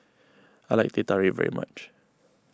I like Teh Tarik very much